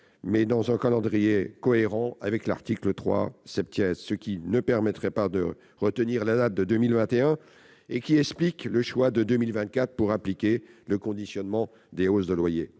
mais selon un calendrier cohérent avec l'article 3 , ce qui ne permet pas de retenir la date de 2021 et qui explique le choix de 2024 pour appliquer le conditionnement des hausses de loyer